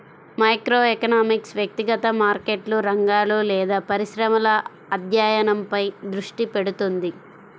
microeconomics వ్యక్తిగత మార్కెట్లు, రంగాలు లేదా పరిశ్రమల అధ్యయనంపై దృష్టి పెడుతుంది